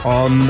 on